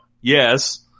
Yes